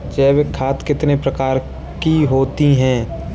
जैविक खाद कितने प्रकार की होती हैं?